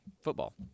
football